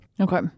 Okay